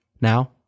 Now